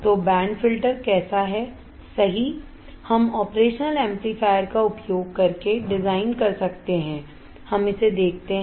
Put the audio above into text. तो band filter कैसा है सही हम ऑपरेशन एम्पलीफायर का उपयोग करके डिज़ाइन कर सकते हैं हमें इसे देखते हैं